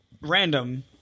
Random